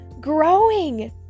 growing